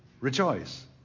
Rejoice